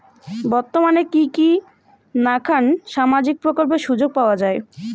বর্তমানে কি কি নাখান সামাজিক প্রকল্পের সুযোগ পাওয়া যায়?